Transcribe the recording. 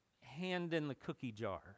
hand-in-the-cookie-jar